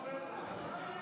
התיישנות עבירות),